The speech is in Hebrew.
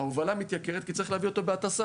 ההובלה מתייקרת, כי צריך לייבא אותו בהטסה.